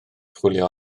chwilio